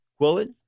quillen